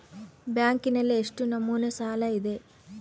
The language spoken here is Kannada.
ಬ್ಯಾಂಕಿನಲ್ಲಿ ಎಷ್ಟು ನಮೂನೆ ಸಾಲ ಇದೆ?